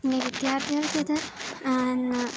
പിന്നെ വിദ്യാർത്ഥികൾക്ക് ഇത്